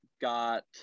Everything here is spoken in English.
got